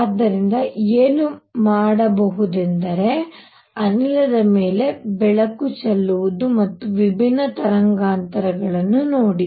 ಆದ್ದರಿಂದ ಏನು ಮಾಡಬಹು ದೆಂದರೆ ಅನಿಲದ ಮೇಲೆ ಬೆಳಕು ಚೆಲ್ಲುವುದು ಮತ್ತು ವಿಭಿನ್ನ ತರಂಗಾಂತರಗಳನ್ನು ನೋಡಿ